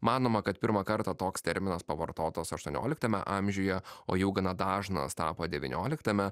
manoma kad pirmą kartą toks terminas pavartotas aštuonioliktame amžiuje o jau gana dažnas tapo deynioliktame